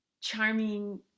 charming